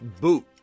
boot